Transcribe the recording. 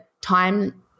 time